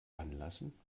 anlassen